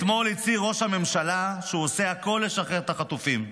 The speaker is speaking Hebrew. אתמול הצהיר ראש הממשלה שהוא עושה הכול לשחרר את החטופים.